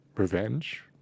revenge